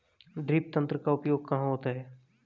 Drip तंत्र का उपयोग कहाँ होता है?